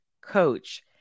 coach